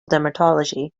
dermatology